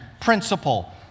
principle